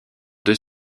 deux